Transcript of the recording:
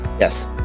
yes